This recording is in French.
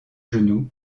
genoux